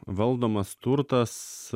valdomas turtas